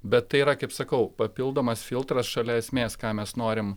bet tai yra kaip sakau papildomas filtras šalia esmės ką mes norim